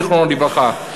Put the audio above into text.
זיכרונו לברכה,